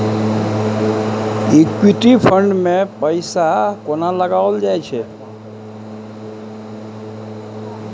Equity fund मे पैसा कोना लगाओल जाय छै?